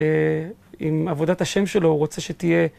עם עבודת השם שלו, הוא רוצה שתהיה...